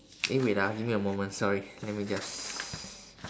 eh wait ah give me a moment sorry let me just